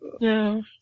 No